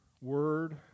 word